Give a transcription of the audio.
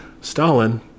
Stalin